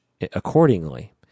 accordingly